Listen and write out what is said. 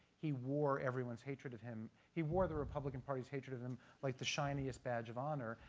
he wore everyone's hatred of him, he wore the republican party's hatred of him like the shiniest badge of honor.